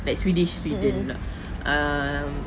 like swedish sweden pula um